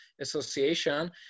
Association